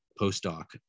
postdoc